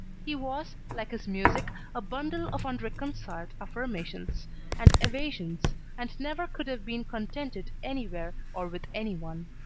he was, like his music, a bundle of unreconciled affirmations and evasions and never could have been contented anywhere or with any one.